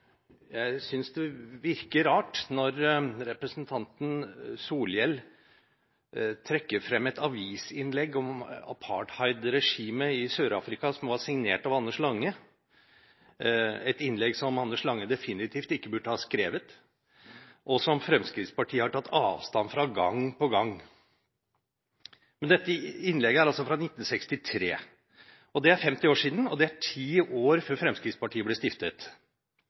Jeg synes det virker rart når representanten Solhjell trekker frem et avisinnlegg om apartheidregimet i Sør-Afrika som var signert av Anders Lange, et innlegg som Anders Lange definitivt ikke burde ha skrevet, og som Fremskrittspartiet har tatt avstand fra gang på gang. Dette innlegget er altså fra 1963. Det er 50 år siden, og det er 10 år før Fremskrittspartiet ble stiftet.